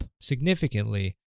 significantly